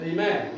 Amen